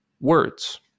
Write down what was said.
words